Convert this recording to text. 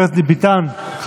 אדוני, זה מפריע.